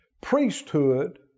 priesthood